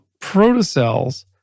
protocells